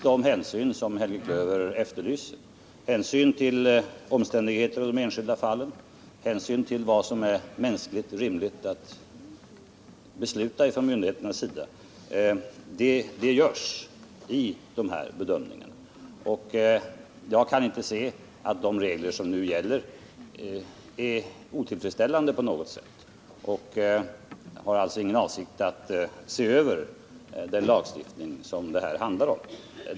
De hänsyn som Helge Klöver efterlyser — hänsyn till omständigheter och till de enskilda fallen och hänsyn till vad som är mänskligt rimligt att besluta från myndigheternas sida — tas i bedömningarna. Jag kan inte se att de regler som nu gäller är otillfredsställande på något sätt. Jag har alltså inte för avsikt att se över den lagstiftning som det här handlar om.